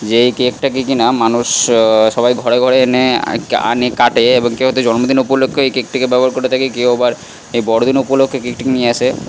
যেই কেকটাকে কিনা মানুষ সবাই ঘরে ঘরে এনে আনে কাটে এবং কেউ হয়তো জন্মদিন উপলক্ষ্যে ওই কেকটাকে ব্যবহার করে থাকে কেউ আবার এই বড়দিন উপলক্ষ্যে কেকটাকে নিয়ে আসে